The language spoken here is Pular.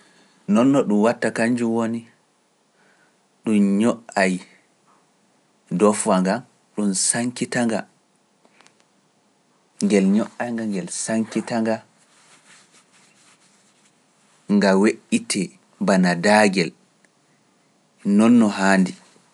Nonno ɗum watta ka njum woni ɗum ño’ay doofwa ngan, ɗum sankita nga, ngel ño’ay nga, ngel sankita nga, nga weƴƴitee bana daagel, non no haandi.